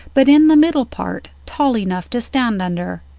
but in the middle part tall enough to stand under,